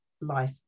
life